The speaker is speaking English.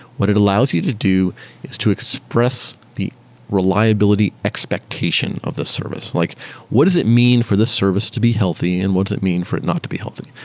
what it allows you to do is to express the reliability expectation of the service like what does it mean for this service to be healthy and what does it mean for it not to be healthy,